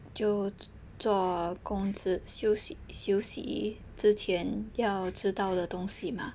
就做工休息之前要知道的东西吗